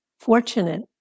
fortunate